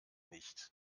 nicht